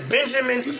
Benjamin